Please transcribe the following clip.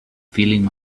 feeling